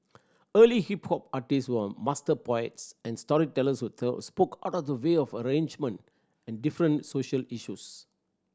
early hip hop artist were master poets and storytellers who tell spoke out the wild arrangement in different social issues